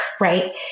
right